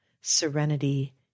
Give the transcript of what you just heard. serenity